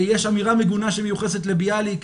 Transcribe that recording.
יש אמירה מגונה שמיוחסת לביאליק,